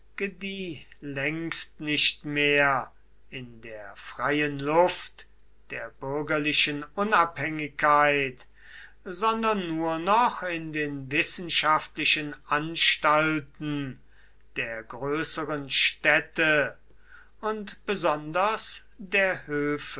gedieh längst nicht mehr in der freien luft der bürgerlichen unabhängigkeit sondern nur noch in den wissenschaftlichen anstalten der größeren städte und besonders der